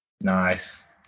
nice